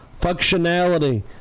functionality